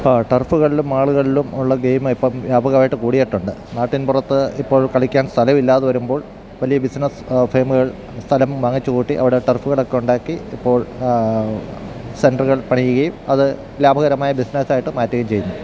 ആ ടർഫ്കൾലും മാള്കൾലും ഉള്ള ഗെയ്മെപ്പം വ്യാപകമായിട്ട് കൂടിയിട്ടുണ്ട് നാട്ടിൻപുറത്ത് ഇപ്പോൾ കളിക്കാൻ സ്ഥലമില്ലാതെ വരുമ്പോൾ വലിയ ബിസിനസ്സ് ഫേമ്കൾ സ്ഥലം വാങ്ങിച്ച് കൂട്ടി അവിടെ ടർഫ്ളൊക്കൊണ്ടാക്കി ഇപ്പോൾ സെൻറ്ററ്കൾ പണിയ്കേയും അത് ലാഭകരമായ ബിസിനെസ്സായിട്ട് മാറ്റ്കേം ചെയ്യുന്നു